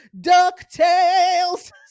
DuckTales